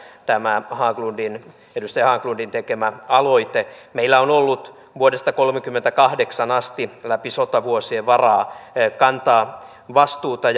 tämä edustaja haglundin tekemä aloite on inhimillisyystekijä meillä on ollut vuodesta kolmekymmentäkahdeksan alkaen läpi sotavuosien varaa kantaa vastuuta